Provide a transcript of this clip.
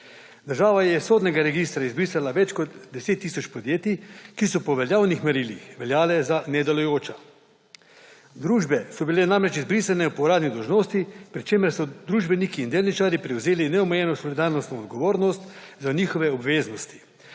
Država je iz sodnega registra izbrisala več kot 10 tisoč podjetij, ki so po veljavnih merilih veljala za nedelujoča. Družbe so bile namreč izbrisane po uradni dolžnosti, pri čemer so družbeniki in delničarji prevzeli neomejeno solidarnostno odgovornost za njihove obveznosti.